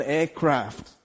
aircraft